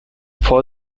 for